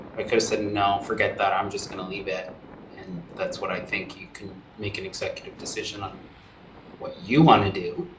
could have said and no, forget that, i'm just going to leave it and that's what i think you can make an executive decision on what you want to do.